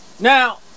Now